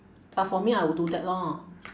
but for me I will do that lor